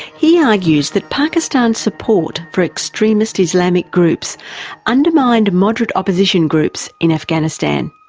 he argues that pakistan's support for extremist islamic groups undermined moderate opposition groups in afghanistan.